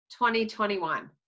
2021